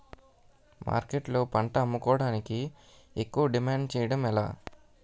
మార్కెట్లో పంట అమ్ముకోడానికి ఎక్కువ డిమాండ్ చేయడం ఎలా?